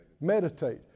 Meditate